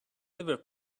liver